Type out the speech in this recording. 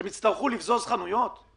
שהם יצטרכו לבזוז חנויות כי